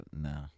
no